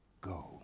go